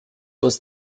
was